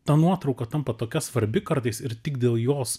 ta nuotrauka tampa tokia svarbi kartais ir tik dėl jos